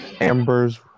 Amber's